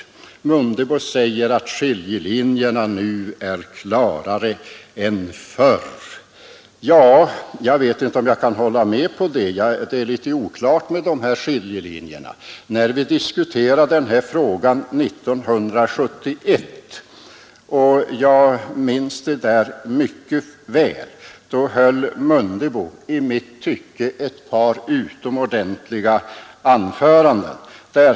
Herr Mundebo säger att skiljelinjerna nu är tydligare än förr. Jag vet inte om jag kan hålla med om det. Det är nog litet oklart med de här skiljelinjerna. När vi diskuterade den här frågan 1971 — jag minns det mycket väl — höll herr Mundebo ett par i mitt tycke utomordentliga anföranden.